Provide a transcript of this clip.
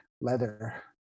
leather